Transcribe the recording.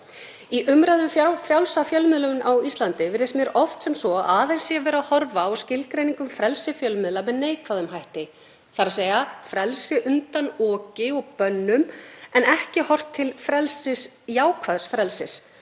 Í umræðu um frjálsa fjölmiðlun á Íslandi virðist mér oft sem svo að aðeins sé verið að horfa á skilgreininguna á frelsi fjölmiðla með neikvæðum hætti, þ.e. frelsi undan oki og bönnum en ekki horft til jákvæðs frelsis,